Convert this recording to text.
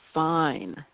fine